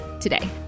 today